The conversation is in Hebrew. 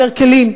יותר כלים,